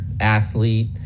athlete